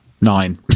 nine